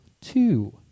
two